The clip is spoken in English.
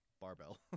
barbell